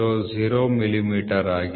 000 millimetre ಆಗಿದೆ